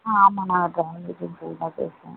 ஆ ஆமாம் பேசுறேன்